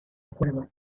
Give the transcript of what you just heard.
acuerdo